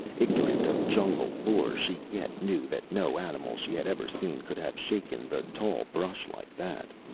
ignorant of jungle-lore, she yet knew that no animal she had ever seen could have shaken the tall brush like that.